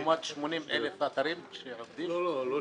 יש 100